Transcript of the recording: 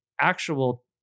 actual